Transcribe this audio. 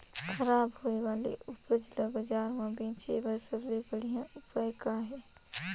खराब होए वाले उपज ल बाजार म बेचे बर सबले बढ़िया उपाय का हे?